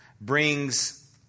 brings